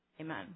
Amen